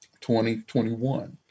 2021